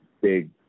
big